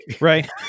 right